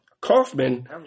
Kaufman